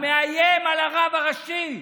הוא מאיים על הרב הראשי,